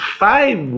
five